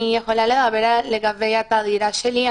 אני יכולה לדבר לגבי הדירה שלי.